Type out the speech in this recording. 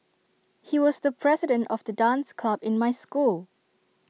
he was the president of the dance club in my school